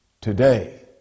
Today